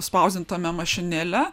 spausdintame mašinėle